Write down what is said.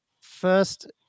first